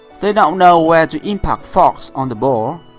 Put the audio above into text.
they don't know where to impact force on the ball.